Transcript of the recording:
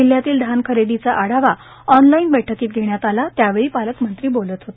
जिल्ह्यातील धान खरेदीचा आढावा ऑनलाईन बैठकीत घेण्यात आला त्यावेळी पालकमंत्री बोलत होते